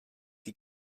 die